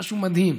משהו מדהים.